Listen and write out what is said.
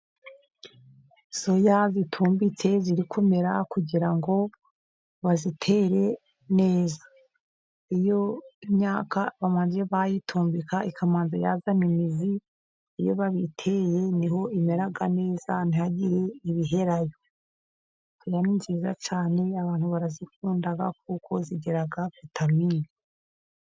Soya itumbitse iri kumera kugira ngo bayitere neza, iyo imyaka babanje bayitumbika ikabanza yazana imizi, iyo babiteye ni ho imera neza ntihagire ibiherayo. soya ni nziza cyane abantu barayikunda kuko igira vitamini.